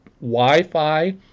Wi-Fi